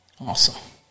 Awesome